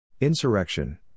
Insurrection